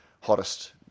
hottest